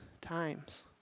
times